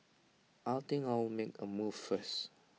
I'll think I'll make A move first